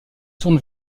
tourne